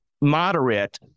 moderate